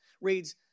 reads